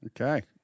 Okay